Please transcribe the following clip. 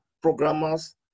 programmers